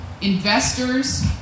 investors